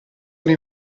alle